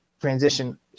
transition